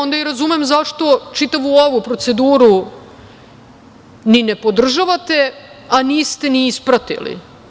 Onda i razumem zašto čitavu ovu proceduru ni ne podržavate, a niste ni ispratili.